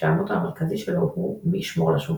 כשהמוטו המרכזי שלו הוא "מי ישמור על השומרים".